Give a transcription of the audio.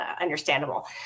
understandable